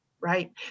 right